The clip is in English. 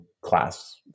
class